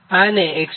આને 148